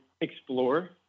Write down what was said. explore